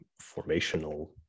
formational